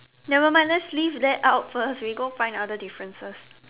nevermind let's leave that out first we go find other differences